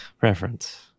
reference